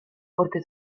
forte